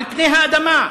על פני האדמה,